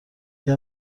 اگر